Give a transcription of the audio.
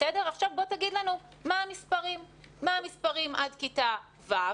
עכשיו בוא תגיד לנו מה המספרים עד כיתה ו',